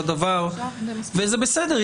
וזה בסדר,